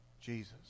Jesus